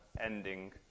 ending